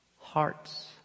hearts